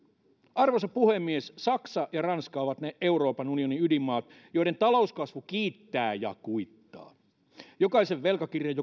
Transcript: arvoisa puhemies saksa ja ranska ovat ne euroopan unionin ydinmaat joiden talouskasvu kiittää ja kuittaa jokaisen velkakirjan